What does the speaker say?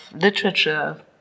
literature